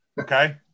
Okay